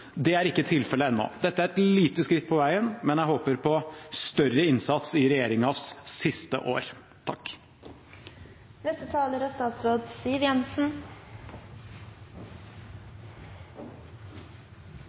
det er ikke tilfellet ennå. Dette er et lite skritt på veien, men jeg håper på større innsats i regjeringens siste år.